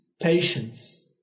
patience